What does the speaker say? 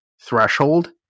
threshold